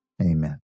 Amen